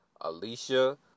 Alicia